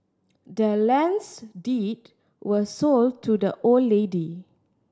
the land's deed was sold to the old lady